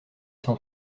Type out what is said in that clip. cent